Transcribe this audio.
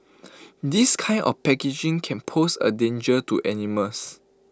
this kind of packaging can pose A danger to animals